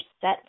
set